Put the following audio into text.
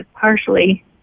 partially